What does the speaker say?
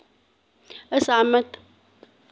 असैह्मत